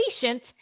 patient